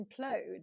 implode